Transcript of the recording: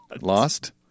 Lost